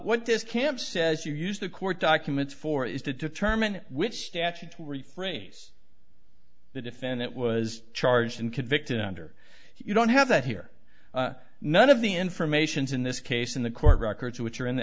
what this camp says you use the court documents for is to determine which statute to rephrase the defendant was charged and convicted under you don't have that here none of the informations in this case in the court records which are in the